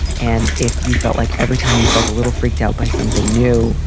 and if you felt like every time you felt a little freaked out by something new,